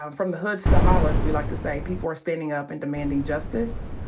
um from the hoods to the hollers, we like to say, people are standing up and demanding justice.